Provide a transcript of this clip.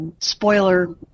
spoiler